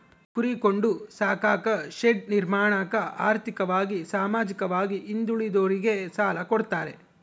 ಕುರಿ ಕೊಂಡು ಸಾಕಾಕ ಶೆಡ್ ನಿರ್ಮಾಣಕ ಆರ್ಥಿಕವಾಗಿ ಸಾಮಾಜಿಕವಾಗಿ ಹಿಂದುಳಿದೋರಿಗೆ ಸಾಲ ಕೊಡ್ತಾರೆ